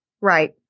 right